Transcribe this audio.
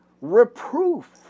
Reproof